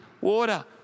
water